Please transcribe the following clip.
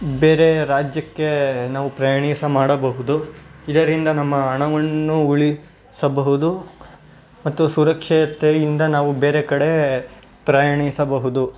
ಬೇರೆ ರಾಜ್ಯಕ್ಕೆ ನಾವು ಪ್ರಯಾಣಿಸ ಮಾಡಬಹುದು ಇದರಿಂದ ನಮ್ಮ ಹಣವನ್ನು ಉಳಿಸಬಹುದು ಮತ್ತು ಸುರಕ್ಷತೆಯಿಂದ ನಾವು ಬೇರೆ ಕಡೆ ಪ್ರಯಾಣಿಸಬಹುದು